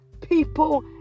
people